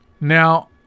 Now